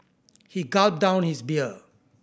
he gulped down his beer